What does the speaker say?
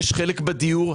יש חלק בדיור,